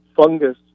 fungus